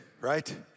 right